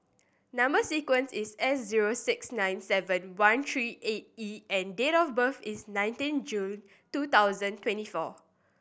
number sequence is S zero six nine seven one three eight E and date of birth is nineteen June two thousand twenty four